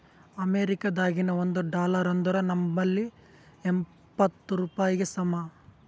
ಅಮೇರಿಕಾದಾಗಿನ ಒಂದ್ ಡಾಲರ್ ಅಂದುರ್ ನಂಬಲ್ಲಿ ಎಂಬತ್ತ್ ರೂಪಾಯಿಗಿ ಸಮ